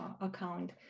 account